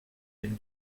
elle